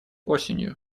осенью